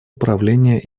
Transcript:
управления